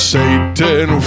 Satan